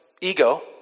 ego